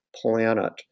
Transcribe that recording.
planet